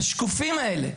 השקופים האלה,